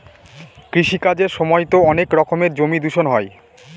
কৃষি কাজের সময়তো অনেক রকমের জমি দূষণ হয়